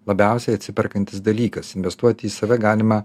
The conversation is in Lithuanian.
labiausiai atsiperkantis dalykas investuoti į save galima